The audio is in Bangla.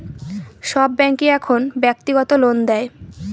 সব ব্যাঙ্কই এখন ব্যক্তিগত লোন দেয়